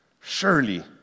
Surely